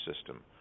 system